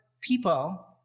people